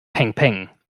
pengpeng